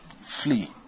flee